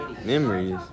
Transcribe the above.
Memories